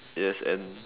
yes and